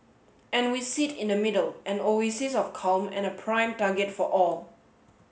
and we sit in the middle an oasis of calm and a prime target for all